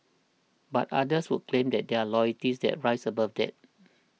but others would claim that there are loyalties that rise above that